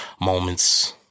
moments